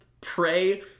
pray